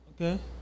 Okay